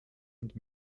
und